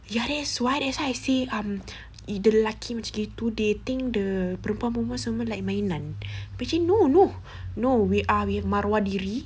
ya that's why that's why I say um lelaki macam gitu the they think the perempuan-perempuan semua like mainan but actually no no no we are we maruah diri